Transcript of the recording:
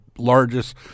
Largest